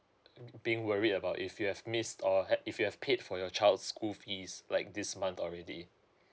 being worried about if you have missed or had if you have paid for your child's school fees like this month already